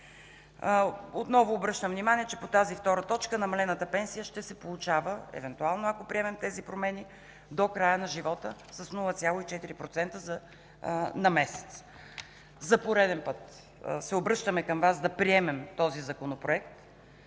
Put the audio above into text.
Отново обръщам внимание, че по тази т. 2 намалената пенсия ще се получава, евентуално ако приемем тези промени, до края на живота с 0,4% на месец. За пореден път се обръщаме към Вас, да приемем този законопроект.